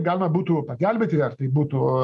galima būtų pagelbėti ar tai būtų